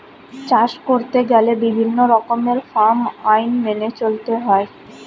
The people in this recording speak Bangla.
চাষ করতে গেলে বিভিন্ন রকমের ফার্ম আইন মেনে চলতে হয়